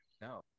No